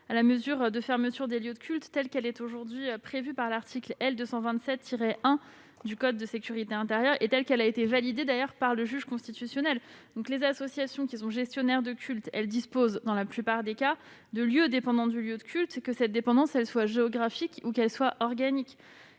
de la mesure de fermeture des lieux de culte, telle qu'elle est aujourd'hui prévue par l'article L. 227-1 du code de sécurité intérieure et telle qu'elle a d'ailleurs été validée par le juge constitutionnel. Les associations gestionnaires de culte disposent, dans la plupart des cas, de lieux dépendant du lieu de culte, que cette dépendance soit géographique ou qu'elle soit organique.